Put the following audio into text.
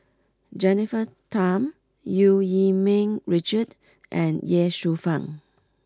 Jennifer Tham Eu Yee Ming Richard and Ye Shufang